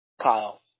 Kyle